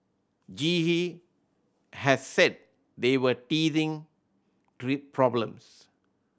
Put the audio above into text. G E has said they were teething three problems